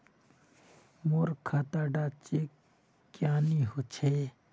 मोर खाता डा चेक क्यानी होचए?